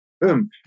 boom